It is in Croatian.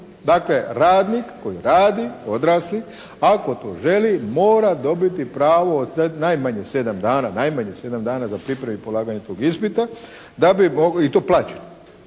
Dakle radnik koji radi, odrasli, ako to želi, mora dobiti pravo najmanje 7 dana, najmanje 7 dana za pripremu i polaganje tog ispita da bi